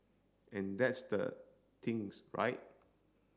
and that's the things right